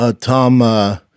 Tom